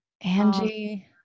Angie